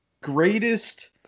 greatest